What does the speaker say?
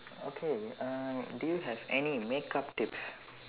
okay uh do you have any makeup tips